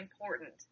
important